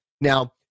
Now